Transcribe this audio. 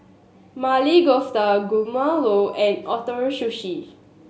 Maili Kofta Guacamole and Ootoro Sushi